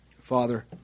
father